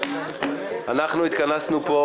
אנחנו התכנסנו פה,